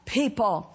people